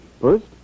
First